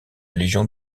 légion